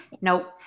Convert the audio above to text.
Nope